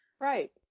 Right